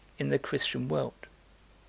in the christian world.